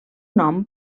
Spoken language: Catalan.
nom